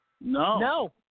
No